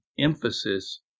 emphasis